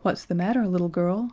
what's the matter, little girl?